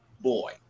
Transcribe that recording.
boy